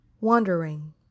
wandering